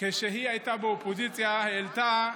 שכשהיא הייתה באופוזיציה היא העלתה